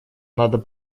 надо